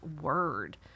word